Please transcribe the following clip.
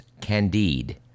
Candide